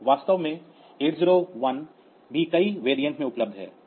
वास्तव में 8051 भी कई वेरिएंट में उपलब्ध है